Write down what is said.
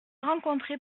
rencontré